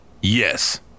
Yes